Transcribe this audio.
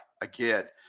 again